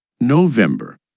November